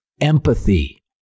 empathy